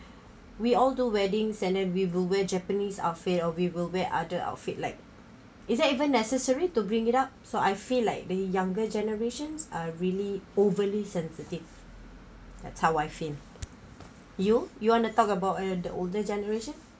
we all do wedding sanner we will wear japanese outfit or we will wear other outfit like isn't even necessary to bring it up so I feel like the younger generations are really overly sensitive that's how I feel you you want to talk about uh the older generation